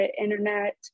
Internet